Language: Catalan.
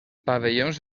pavellons